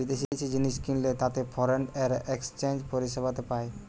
বিদেশি জিনিস কিনলে তাতে ফরেন এক্সচেঞ্জ পরিষেবাতে পায়